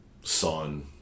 son